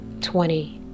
twenty